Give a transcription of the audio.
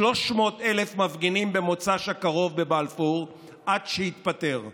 300,000 מפגינים במוצ"ש הקרוב בבלפור, עד שיתפטר.